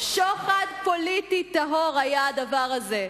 שוחד פוליטי טהור היה הדבר הזה.